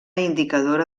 indicadora